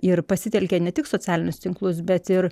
ir pasitelkė ne tik socialinius tinklus bet ir